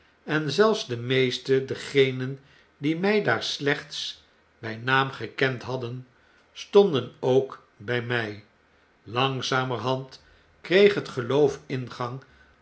en zelfs de meesten dergenen die my daar slechts by naam gekend hadden stonden ook bij my langzamerhand kreeg het geloof ingang